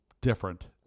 different